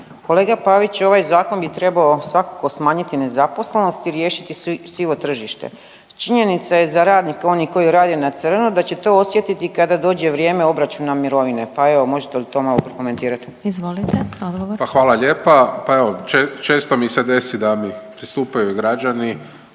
Kolega Pavić ovaj zakon bi trebao svakako smanjiti nezaposlenost i riješiti sivo tržište. Činjenica je za radnike, oni koji rade na crno da će to osjetiti kada dođe vrijeme obračuna mirovine, pa evo možete li to malo prokomentirati. **Glasovac, Sabina (SDP)** Izvolite odgovor. **Pavić,